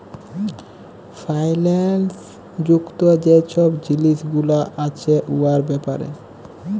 ফাইল্যাল্স যুক্ত যে ছব জিলিস গুলা আছে উয়ার ব্যাপারে